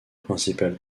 principal